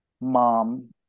mom